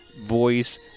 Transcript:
voice